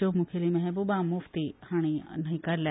च्यो मुखेली मेहबुबा मुफ्ती हाणी न्हयकारल्या